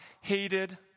hated